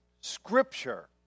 Scripture